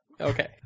okay